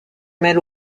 mêle